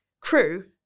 Crew